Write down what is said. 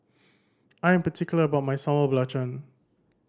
I am particular about my Sambal Belacan